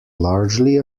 largely